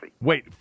Wait